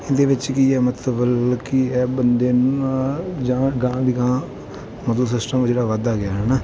ਇਹਦੇ ਵਿੱਚ ਕੀ ਹੈ ਮਤਲਬ ਕਿ ਹੈ ਬੰਦੇ ਨੂੰ ਜਾਂ ਅਗਾਂਹ ਦੀ ਅਗਾਂਹ ਉਦੋਂ ਸਿਸਟਮ ਜਿਹੜਾ ਵੱਧਦਾ ਗਿਆ ਹੈ ਨਾ